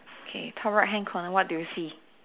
k top right hand corner what do you see